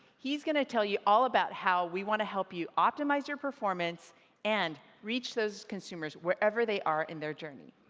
he's going to tell you all about how we want to help you optimize your performance and reach those consumers wherever they are in their journey.